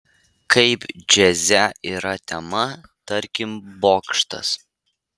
kaip džiaze yra tema tarkim bokštas